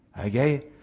okay